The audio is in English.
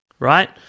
right